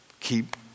Keep